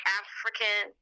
african